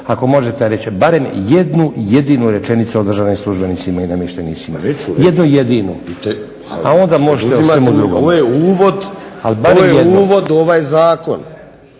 ako možete reći barem jednu jedinu rečenicu o državnim službenicima i namještenicima. Jednu jedinu, a onda možete… **Vinković, Zoran (HDSSB)** Ovo je uvod u ovaj zakon.